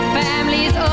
families